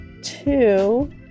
two